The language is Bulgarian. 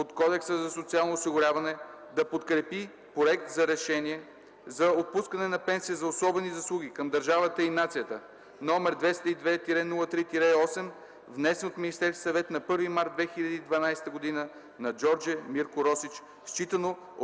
от Кодекса за социално осигуряване да подкрепи Проект за решение за отпускане на пенсия за особени заслуги към държавата и нацията, № 202-03-8, внесен от Министерския съвет на 1 март 2012 г., на Джордже Мирко Росич, считано